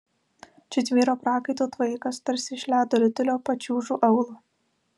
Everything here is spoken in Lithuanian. čia tvyro prakaito tvaikas tarsi iš ledo ritulio pačiūžų aulo